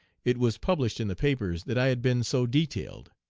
it was published in the papers that i had been so detailed.